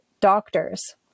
doctors